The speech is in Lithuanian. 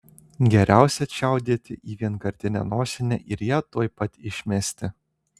geriausia čiaudėti į vienkartinę nosinę ir ją tuoj pat išmesti